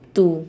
two